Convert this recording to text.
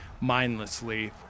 mindlessly